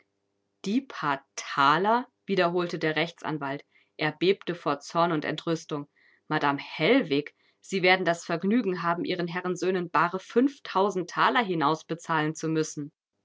die paar thaler wiederholte der rechtsanwalt er bebte vor zorn und entrüstung madame hellwig sie werden das vergnügen haben ihren herren söhnen bare fünftausend thaler hinausbezahlen zu müssen